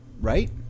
Right